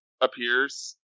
appears